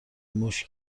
موش